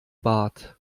bart